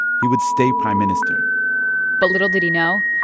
he would stay prime minister but little did he know,